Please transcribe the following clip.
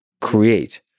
create